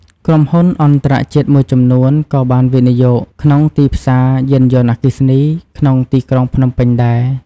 ក្រុមហ៊ុនអន្ដរជាតិមួយចំនួនក៏បានវិនិយោគក្នុងទីផ្សារយានយន្តអគ្គីសនី ក្នុងទីក្រុងភ្នំពេញដែរ។